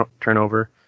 turnover